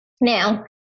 Now